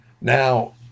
Now